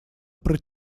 про